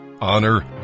honor